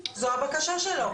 זו הבקשה שלו,